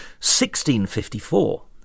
1654